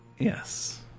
Yes